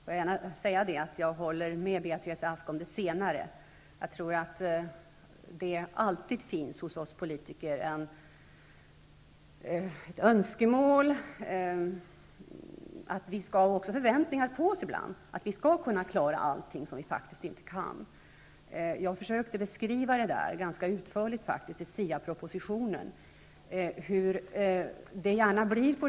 Herr talman! Jag håller med Beatrice Ask om det senare. Jag tror att det hos oss politiker alltid finns en önskan -- och att det också finns förväntningar på oss -- att vi skall kunna klara allt, vilket vi faktiskt inte kan. Jag försökte beskriva ganska utförligt i SIA-propositionen hur det kan bli.